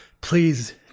Please